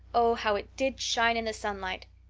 oh, how it did shine in the sunlight!